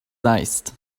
seized